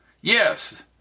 Yes